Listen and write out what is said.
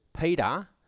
Peter